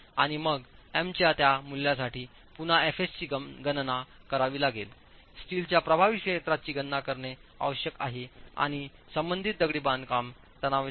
आणि मग M च्या त्या मूल्यासाठी पुन्हा fs ची गणना करावी लागेल स्टीलच्या प्रभावी क्षेत्राची गणना करणे आवश्यक आहे आणि संबंधित दगडी बांधकाम तणावाचे मूल्यांकन करणे आवश्यक आहे